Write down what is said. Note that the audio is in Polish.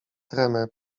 tremę